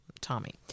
tommy